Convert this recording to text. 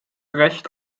recht